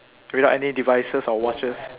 without any devices or watches